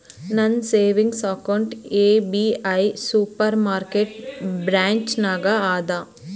ನಂದ savings account SBI super market branch ನಾಗ್ ಅದಾ